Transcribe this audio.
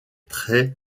très